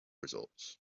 results